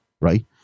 right